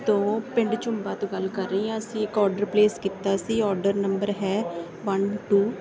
ਤੋਂ ਪਿੰਡ ਝੁੰਬਾ ਤੋਂ ਗੱਲ ਕਰ ਰਹੀ ਹਾਂ ਅਸੀਂ ਇੱਕ ਔਡਰ ਪਲੇਸ ਕੀਤਾ ਸੀ ਔਡਰ ਨੰਬਰ ਹੈ ਵਨ ਟੂ